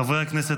חברי הכנסת,